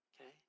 okay